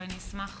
ואני אשמח